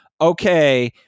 okay